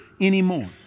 anymore